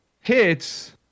hits